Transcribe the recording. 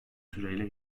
süreyle